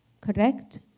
correct